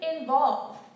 involve